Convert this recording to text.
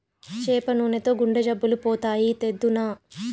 చేప నూనెతో గుండె జబ్బులు పోతాయి, తెద్దునా